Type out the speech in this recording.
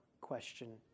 question